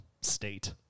state